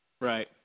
Right